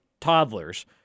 toddlers